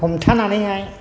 हमथानानैहाय